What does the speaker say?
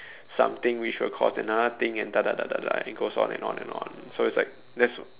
something which will cause another thing and da da da da da it goes on and on and on so it's like that's